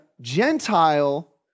Gentile